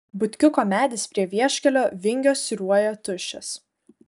butkiuko medis prie vieškelio vingio siūruoja tuščias